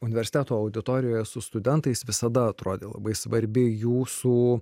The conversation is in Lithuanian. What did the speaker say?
universiteto auditorijoje su studentais visada atrodė labai svarbi jūsų